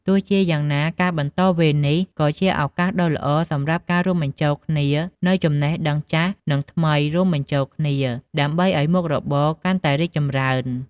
ទោះជាយ៉ាងណា ការបន្តវេននេះក៏ជាឱកាសដ៏ល្អសម្រាប់ការរួមបញ្ចូលគ្នានូវចំណេះដឹងចាស់និងថ្មីរួមបញ្ចូលគ្នា ដើម្បីអោយមុខរបរកាន់តែរីកចម្រើន។